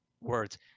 words